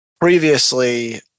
previously